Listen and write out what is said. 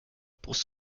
brust